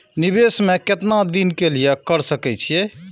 निवेश में केतना दिन के लिए कर सके छीय?